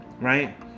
right